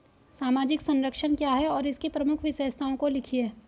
सामाजिक संरक्षण क्या है और इसकी प्रमुख विशेषताओं को लिखिए?